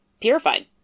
purified